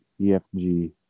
EFG